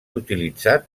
utilitzat